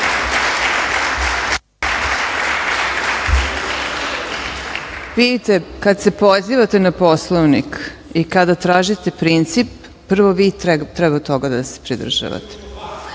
Vidite, kad se pozivate na Poslovnik i kada tražite princip, prvo vi treba toga da se pridržavate. Gospodine